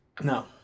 No